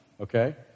okay